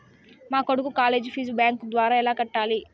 మా కొడుకు college fees bank ద్వారా ఎలా కట్టాలి?